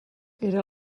era